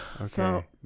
Okay